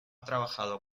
trabajado